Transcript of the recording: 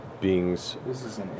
beings